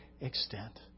extent